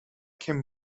came